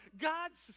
God's